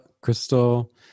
Crystal